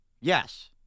Yes